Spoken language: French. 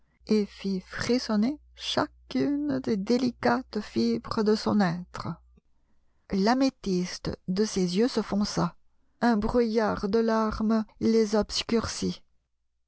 et fit frissonner chacune des délicates fibres de son être l'améthyste de ses yeux se fonça un brouillard de larmes les obscurcit